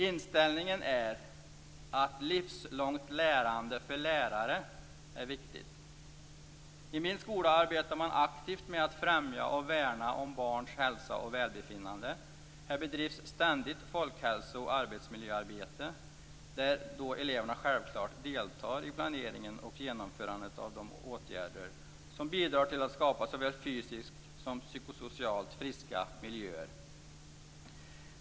Inställningen är att livslångt lärande för lärare är viktigt. I min skola arbetar man aktivt med att främja och värna om barns hälsa och välbefinnande. Här bedrivs ständigt folkhälso och arbetsmiljöarbete. Eleverna deltar självklart i planeringen och genomförandet av de åtgärder som bidrar till att skapa såväl fysiskt som psykosocialt friska miljöer.